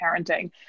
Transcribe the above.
parenting